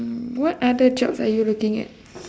mm what other jobs are you looking at